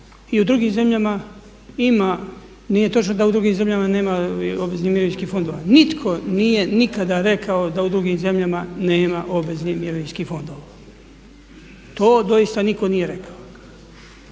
i u drugim zemljama ima, nije točno da u drugim zemljama nema obveznih mirovinskih fondova. Nitko nije nikada rekao da u drugim zemljama nema obveznih mirovinskih fondova. To doista nitko nije rekao.